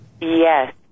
yes